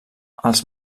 els